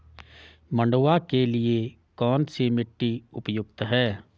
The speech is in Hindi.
मंडुवा के लिए कौन सी मिट्टी उपयुक्त है?